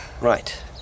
Right